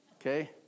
okay